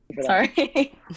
Sorry